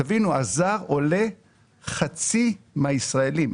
תבינו, הזר עולה חצי מהישראלים.